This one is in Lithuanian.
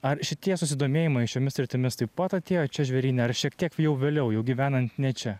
ar šitie susidomėjimai šiomis sritimis taip pat atėjo čia žvėryne ar šiek tiek jau vėliau jau gyvenant ne čia